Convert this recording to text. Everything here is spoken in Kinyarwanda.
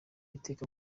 iteka